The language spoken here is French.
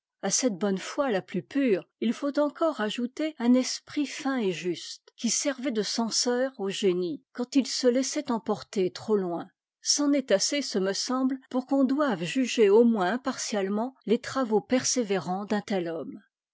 a cette bonne foi la plus pure il faut encore ajouter un esprit fin et juste qui servait de censeur au génie quand il se laissait emporter trop loin c'en est assez ce me sémbte pour qu'on doive juger au moins impartialement les travaux persévérants d'un tel homme